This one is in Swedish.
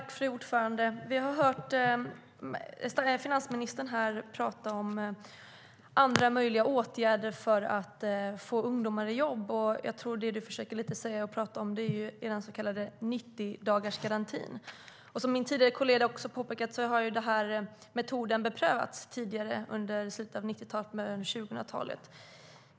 Fru talman! Vi har här hört finansministern tala om andra möjliga åtgärder för att få ungdomar i jobb. Jag tror att det som hon försöker tala om är den så kallade 90-dagarsgarantin. Som min kollega tidigare har påpekat har denna metod prövats tidigare, i slutet av 1990-talet och i början av 2000-talet.